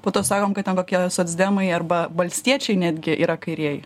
po to sakom kad ten kokie socdemai arba valstiečiai netgi yra kairieji